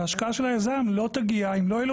והשקעה של היזם לא תגיע אם לא יהיה לו